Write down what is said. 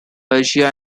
asia